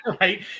right